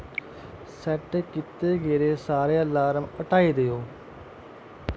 set कीत्ते गेदे सारे अलार्म हटाई देओ